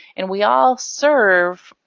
and we all serve,